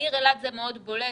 בעיר אילת זה מאוד בולט.